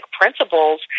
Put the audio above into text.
principles